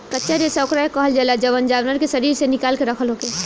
कच्चा रेशा ओकरा के कहल जाला जवन जानवर के शरीर से निकाल के रखल होखे